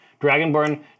Dragonborn